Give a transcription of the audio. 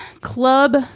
Club